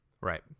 Right